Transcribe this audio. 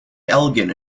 elgin